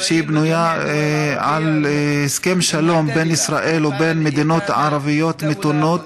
שהיא בנויה על הסכם שלום בין ישראל לבין מדינות ערביות מתונות